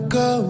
go